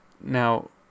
now